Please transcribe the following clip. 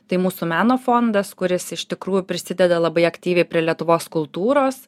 tai mūsų meno fondas kuris iš tikrųjų prisideda labai aktyviai prie lietuvos kultūros